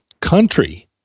country